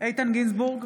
איתן גינזבורג,